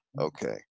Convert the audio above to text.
okay